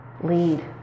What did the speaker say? lead